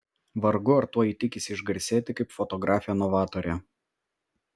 vargu ar tuo ji tikisi išgarsėti kaip fotografė novatorė